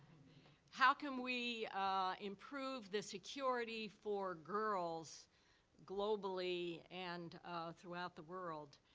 how can we improve the security for girls globally and throughout the world?